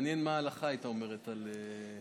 מעניין מה ההלכה הייתה אומרת על,